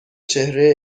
چهره